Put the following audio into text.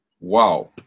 wow